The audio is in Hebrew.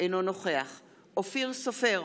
אינו נוכח אופיר סופר,